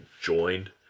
joined